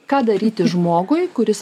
ką daryti žmogui kuris va dabar klauso